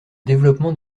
développement